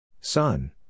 Son